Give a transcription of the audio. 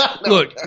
look